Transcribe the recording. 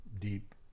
deep